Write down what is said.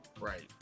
right